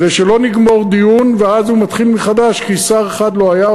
כדי שלא נגמור דיון ואז הוא מתחיל מחדש כי שר אחד לא היה,